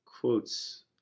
quotes